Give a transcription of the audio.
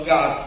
God